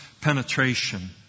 Penetration